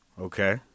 Okay